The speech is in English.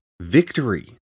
victory